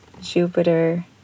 jupiter